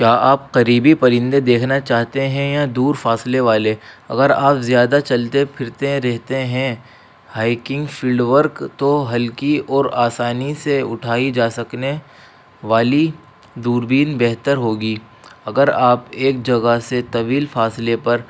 کیا آپ قریبی پرندے دیکھنا چاہتے ہیں یا دور فاصلے والے اگر آپ زیادہ چلتے پھرتے رہتے ہیں ہائیکنگ فیلڈ ورک تو ہلکی اور آسانی سے اٹھائی جا سکنے والی دوربین بہتر ہوگی اگر آپ ایک جگہ سے طویل فاصلے پر